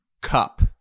Cup